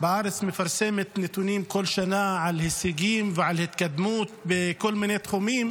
בארץ מפרסמת נתונים כל שנה על הישגים ועל התקדמות בכל מיני תחומים,